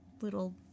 little